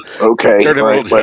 Okay